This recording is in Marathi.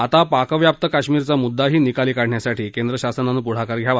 आता पाकव्याप्त काश्मीरचा मुददाही निकाली काढण्यासाठी केंद्र शासनानं पुढाकार घ्यावा